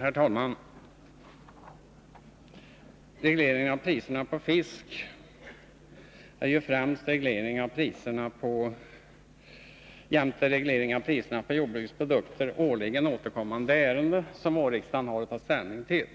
Herr talman! Reglering av priserna på fisk är jämte reglering av priserna på jordbrukets produkter årligen återkommande ärenden som vårriksdagarna har att ta ställning till.